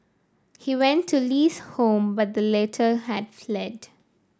he went to Li's home but the latter had fled